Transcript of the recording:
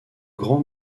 grand